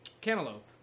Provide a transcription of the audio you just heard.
cantaloupe